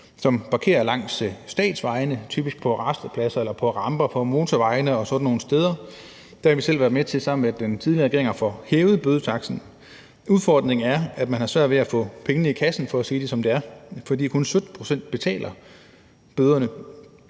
som parkerer langs statsvejene, typisk på rastepladser eller på ramper mod motorvejene og sådan nogle steder. Der har vi selv sammen med den tidligere regering været med til at få hævet bødetaksten. Udfordringen er, at man har svært ved at få pengene i kassen, for at sige det, som det er, for det er kun 17 pct., der betaler bøderne.